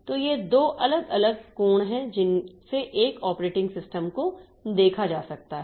तो ये दो अलग अलग कोण हैं जिनसे एक ऑपरेटिंग सिस्टम को देखा जा सकता है